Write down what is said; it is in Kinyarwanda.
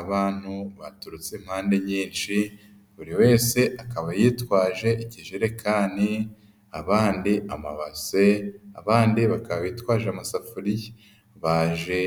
Abantu baturutse impande nyinshi buri wese akaba yitwaje ikijerekani, abandi amabase, abandi bakaba bitwaje amasafuriya, baje